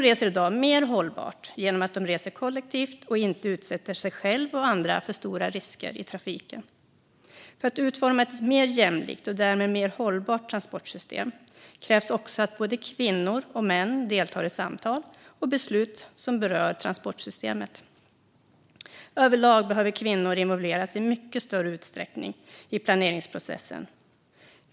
Jämställda transporter handlar om att ge kvinnor och män lika förutsättningar till exempelvis arbetspendling, utbildningspendling och förskolehämtning. För att utforma ett mer jämställt och därmed mer hållbart transportsystem krävs också att både kvinnor och män deltar i samtal och beslut som berör transportsystemet. Överlag behöver kvinnor involveras i planeringsprocessen i mycket större utsträckning.